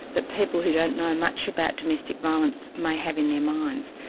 that people who don't know much about domestic violence may have in their minds,